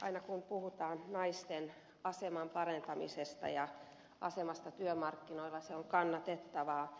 aina kun puhutaan naisten aseman parantamisesta ja asemasta työmarkkinoilla se on kannatettavaa